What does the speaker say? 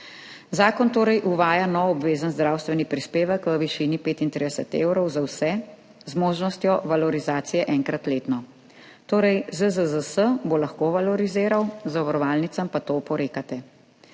Zakon torej uvaja nov obvezen zdravstveni prispevek v višini 35 evrov za vse, z možnostjo valorizacije enkrat letno. Torej, ZZZS bo lahko valoriziral, zavarovalnicam pa to oporekate.